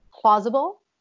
plausible